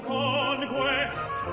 conquest